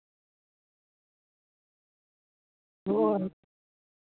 ᱦᱳᱭ